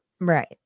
Right